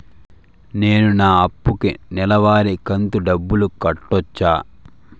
నేను నా అప్పుకి నెలవారి కంతు డబ్బులు కట్టొచ్చా?